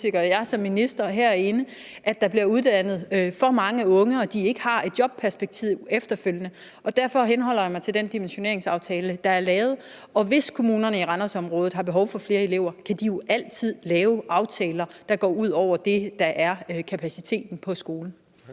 og jeg som minister herinde, at der bliver uddannet for mange unge, og at de ikke har et jobperspektiv efterfølgende. Derfor henholder jeg mig til den dimensioneringsaftale, der er lavet. Og hvis kommunerne i Randersområdet har behov for flere elever, kan de jo altid laver aftaler, der går ud over det, der er kapaciteten på skolen.